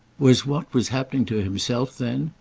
was what was happening to himself then,